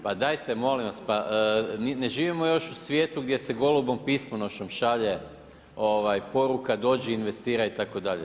Pa dajte molim vas, pa ne živimo još u svijetu gdje se golubom pismonošom šalje poruka dođi, investiraj itd.